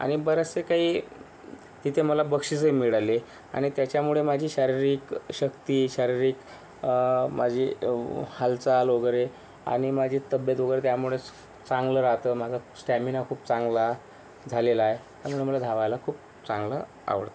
आणि बरेचसे काही तिथे मला बक्षीसंही मिळाली आणि त्याच्यामुळे माझी शारीरिक शक्ती शारीरिक माझी हालचाल वगैरे आणि माझी तब्येत वगैरे त्यामुळेच चांगलं राहतं स्टॅमिना खूप चांगला झालेला आहे धावायला खूप चांगलं आवडतं